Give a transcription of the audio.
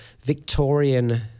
Victorian